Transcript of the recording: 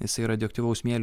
jisai radioaktyvaus smėlio